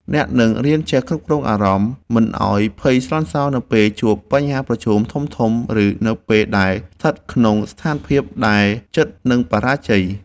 អ្នកនឹងរៀនចេះគ្រប់គ្រងអារម្មណ៍មិនឱ្យភ័យស្លន់ស្លោនៅពេលជួបបញ្ហាប្រឈមធំៗឬនៅពេលដែលស្ថិតក្នុងស្ថានភាពដែលជិតនឹងបរាជ័យ។